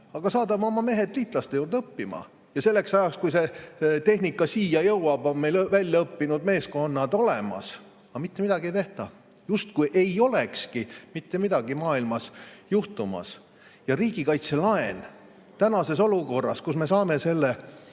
aga saadame oma mehed liitlaste juurde õppima ja selleks ajaks, kui see tehnika siia jõuab, on meil väljaõppinud meeskonnad olemas. Aga mitte midagi ei tehta, justkui ei olekski mitte midagi maailmas juhtumas. Riigikaitselaen tänases olukorras, kus me saame selle